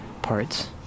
parts